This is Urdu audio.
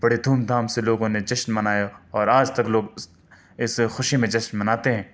بڑے دھوم دھام سے لوگوں نے جشن منایا اور آج تک لوگ اس اس خوشی میں جشن مناتے ہیں